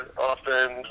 often